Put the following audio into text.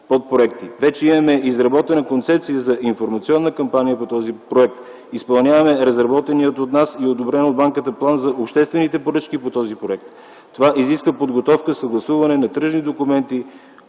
Вече имаме изработена концепция за информационна кампания по този проект. Изпълняваме разработения от нас и одобрен от банката план за обществените поръчки по този проект. Това изисква подготовка, съгласуване на тръжни документи,